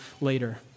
later